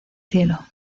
cielo